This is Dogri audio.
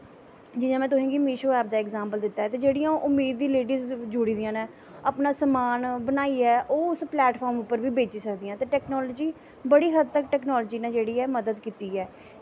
जि'यां में तुसेंगी मिशो ऐप दा अग़्जैंपल दित्ता ते जेह्ड़ियां उम्मीद च लेड़िस जुड़ी दियां न अपना समान बनाइयै ओह् उस प्लैटफार्म पर बी बेची सकदियां ते टैकनॉलजी बड़ी हद्द तक टैकनॉलजी न जेह्ड़ी मदद कीती ऐ